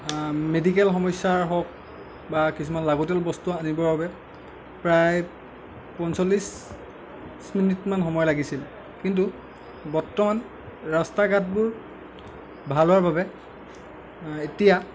medical সমস্য়ায়ে হওক বা কিছুমান লাগতিয়াল বস্তু আনিবৰ বাবে প্ৰায় পঞ্চল্লিছ মিনিটমান সময় লাগিছিল কিন্তু বৰ্তমান ৰাষ্টা ঘাটবোৰ ভাল হোৱাৰ বাবে এতিয়া